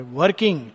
working